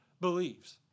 believes